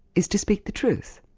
is to speak the truth.